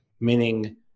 Meaning